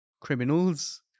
criminals